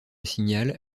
signal